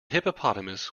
hippopotamus